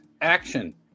Action